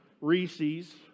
Reese's